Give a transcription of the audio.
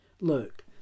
Look